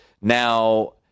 now